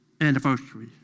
anniversary